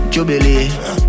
Jubilee